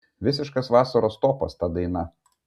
visiškas vasaros topas ta daina